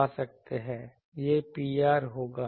यह Pr होगा